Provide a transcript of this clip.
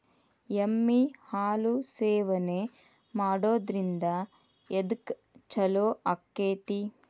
ಎಮ್ಮಿ ಹಾಲು ಸೇವನೆ ಮಾಡೋದ್ರಿಂದ ಎದ್ಕ ಛಲೋ ಆಕ್ಕೆತಿ?